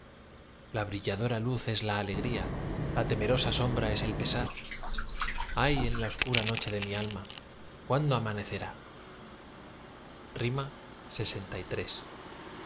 la brilladora luz es la alegría la temerosa sombra es el pesar ay en la oscura noche de mi alma cuándo amanecerá lxiii como enjambre